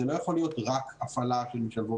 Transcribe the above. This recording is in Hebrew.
זה לא יכול להיות רק הפעלה של משלבות